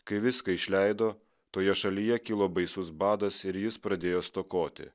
kai viską išleido toje šalyje kilo baisus badas ir jis pradėjo stokoti